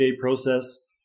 process